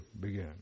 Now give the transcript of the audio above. began